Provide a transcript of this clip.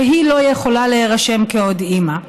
והיא לא יכולה להירשם כעוד אימא.